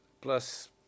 plus